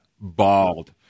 bald